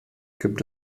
gibt